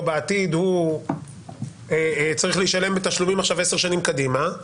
בעתיד הוא צריך לשלם בתשלומים עכשיו עשר שנים קדימה,